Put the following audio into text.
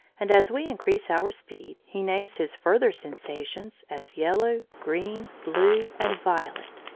and as we increase our speed he names his further sensations as yellow, green, blue, and violet.